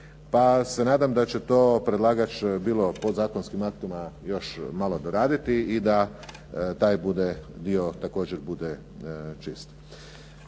Pa se nadam da će to predlagač bilo podzakonskim aktima još malo doraditi i taj dio također bude čist.